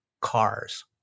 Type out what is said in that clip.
cars